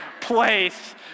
place